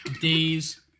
days